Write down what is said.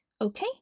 okay